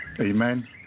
amen